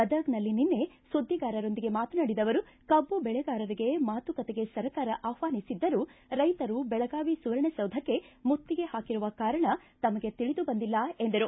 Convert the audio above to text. ಗದಗ್ನಲ್ಲಿ ನಿನ್ನೆ ಸುದ್ದಿಗಾರರೊಂದಿಗೆ ಮಾತನಾಡಿದ ಅವರು ಕಬ್ಬು ಬೆಳೆಗಾರರಿಗೆ ಮಾತುಕತೆಗೆ ಸರ್ಕಾರ ಆಪ್ವಾನಿಸಿದ್ದರೂ ರೈತರು ಬೆಳಗಾವಿ ಸುವರ್ಣ ಸೌಧಕ್ಕೆ ಮುತ್ತಿಗೆ ಹಾಕಿರುವ ಕಾರಣ ತಮಗೆ ತಿಳಿದು ಬಂದಿಲ್ಲ ಎಂದರು